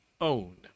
own